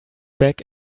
back